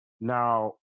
Now